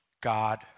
God